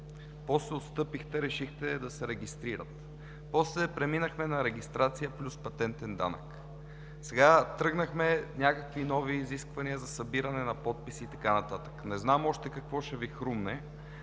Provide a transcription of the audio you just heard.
после отстъпихте и решихте да се регистрират, после преминахте на регистрация плюс патентен данък, сега тръгнахме към някакви нови изисквания за събиране на подписи и така нататък. Не знам още какво ще Ви хрумне.